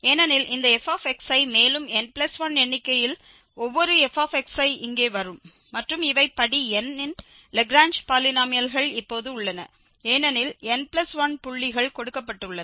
ஏனெனில் இந்த f மேலும் n1 எண்ணிக்கையில் ஒவ்வொரு f இங்கே வரும் மற்றும் இவை படி n இன் லாக்ரேஞ்ச் பாலினோமியல்கள் இப்போது உள்ளன ஏனெனில் n1புள்ளிகள் கொடுக்கப்பட்டுள்ளன